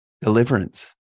deliverance